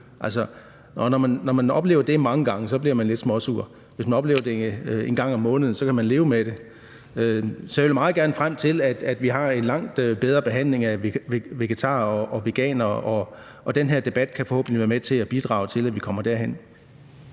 når man oplever det mange gange, bliver man lidt småsur. Hvis man oplever det én gang om måneden, kan man leve med det. Så jeg vil meget gerne frem til, at vi har en langt bedre behandling af vegetarer og veganere, og den her debat kan forhåbentlig være med til at bidrage til, at vi kommer derhen.